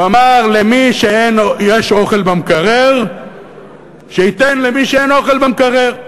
הוא אמר: למי שיש אוכל במקרר שייתן למי שאין אוכל במקרר.